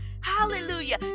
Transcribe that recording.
hallelujah